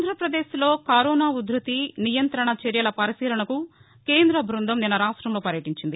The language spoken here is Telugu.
ఆంధ్రప్రదేశ్లో కరోనా ఉధ్బతి నియంత్రణ చర్యల పరిశీలనకు కేంద్ర బృందం నిన్న రాష్టంలో పర్యటించింది